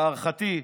להערכתי,